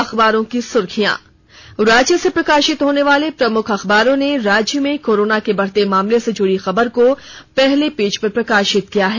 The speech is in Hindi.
अखबारों की सुर्खियां राज्य से प्रकाशित होने वाले प्रमुख अखबारों ने राज्य में कोरोना के बढ़ते मामले से जुड़ी खबर को पहले पेज पर प्रकाशित किया है